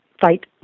fight